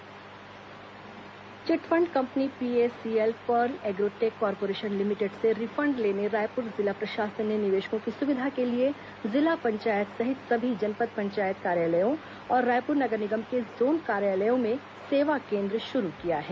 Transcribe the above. chit fund company सेवा केन्द्र chit fund company PACL Pearl Agrotech Corporation Limited से रिफंड लेने रायपुर जिला प्रशासन ने निवेशकों की सुविधा के लिए जिला पंचायत सहित सभी जनपद पंचायत कार्यालयों और रायपुर नगर निगम के जोन कार्यालयों में सेवा केन्द्र शुरू किया है